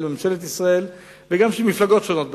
ממשלת ישראל וגם של מפלגות שונות בארץ.